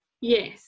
Yes